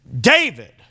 David